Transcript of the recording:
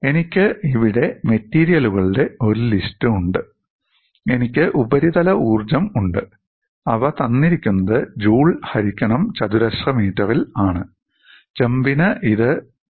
എനിക്ക് ഇവിടെ മെറ്റീരിയലുകളുടെ ഒരു ലിസ്റ്റ് ഉണ്ട് എനിക്ക് ഉപരിതല ഊർജ്ജം ഉണ്ട് അവ തന്നിരിക്കുന്നത് ജൂൾ ഹരിക്കണം ചതുരശ്ര മീറ്ററിൽ ആണ് ചെമ്പിന് ഇത് 0